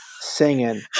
singing